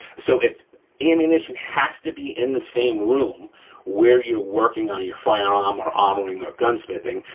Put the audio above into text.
so if ammunition has to be in the same room where you're working on your firearm, or armoring, or gunsmithing,